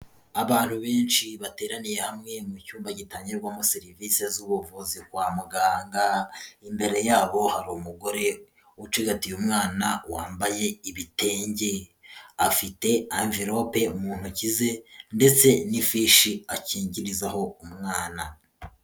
Abantu benshi bateraniye hamwe mu cyumba gitangirwamo serivisi z'ubuvuzi kwa muganga, imbere yabo hari umugore ucigatiye umwana wambaye ibitenge, afite amvelope mu ntoki ze, ndetse n'ifishi akingirizaho umwana.